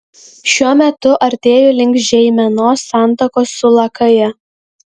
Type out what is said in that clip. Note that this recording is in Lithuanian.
šiuo metu artėju link žeimenos santakos su lakaja